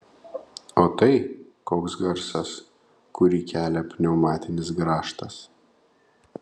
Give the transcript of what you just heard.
o tai toks garsas kurį kelia pneumatinis grąžtas